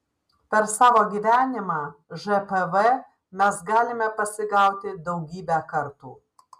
per savo gyvenimą žpv mes galime pasigauti daugybę kartų